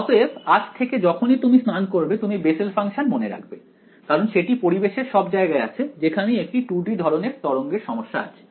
অতএব আজ থেকে যখনই তুমি স্নান করবে তুমি বেসেল ফাংশন মনে রাখবে কারণ সেটি পরিবেশের সব জায়গায় আছে যেখানেই একটি 2 D ধরনের তরঙ্গের সমস্যা আছে